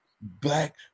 Black